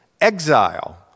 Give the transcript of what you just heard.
exile